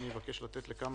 אני רוצה לומר כמה